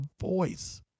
Voice